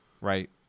right